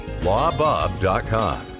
lawbob.com